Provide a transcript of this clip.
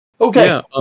Okay